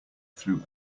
through